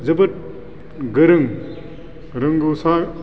जोबोद गोरों रोंगौसा